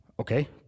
okay